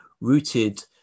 rooted